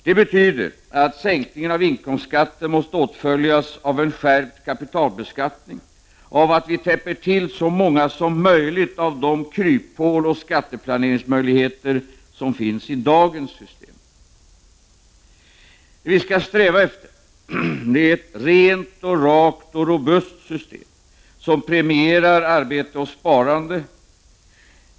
Det betyder att sänkningen av inkomstskatten måste åtföljas av en skärpning av kapitalbeskattningen, av att vi täpper till så många som möjligt av de kryphål och skatteplaneringsmöjligheter som finns i dagens system. Vad vi skall sträva efter är ett rent, rakt och robust system som premierar arbete och sparande.